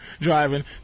driving